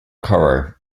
coro